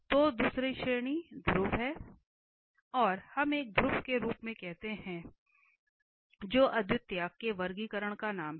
तो दूसरी श्रेणी ध्रुव है हम एक ध्रुव के रूप में कहते हैं जो अद्वितीयता के वर्गीकरण का नाम है